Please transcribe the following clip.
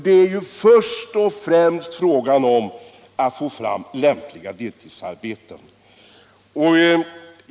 Det är först och främst fråga om att få fram lämpliga deltidsarbeten.